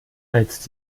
als